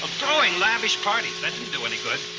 um throwing lavish parties. that didn't do any good.